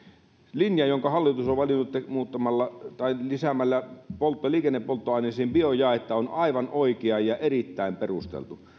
linja jonka hallitus on valinnut lisäämällä liikennepolttoaineisiin biojaetta on aivan oikea ja erittäin perusteltu